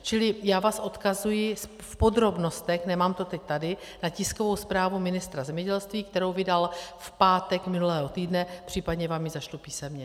Čili já vás odkazuji v podrobnostech, nemám to teď tady, na tiskovou zprávu ministra zemědělství, kterou vydal v pátek minulého týdne, případně vám ji zašlu písemně.